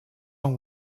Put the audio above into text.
one